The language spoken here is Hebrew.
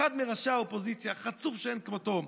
אחד מראשי האופוזיציה, חצוף שאין כמותו,